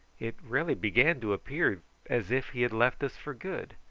it really began to appear as if he had left us for good,